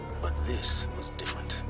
but this was different